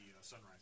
sunrise